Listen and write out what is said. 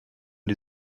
die